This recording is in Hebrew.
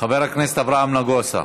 חבר הכנסת אברהם נגוסה.